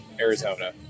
Arizona